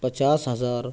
پچاس ہزار